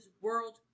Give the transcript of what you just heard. world